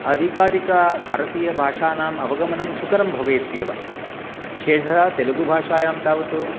अधिकाधिक भारतीयभाषाणाम् अवगमनं सुकरं भवेत्येव विशेषतः तेलगुभाषायां तावत्